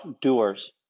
doers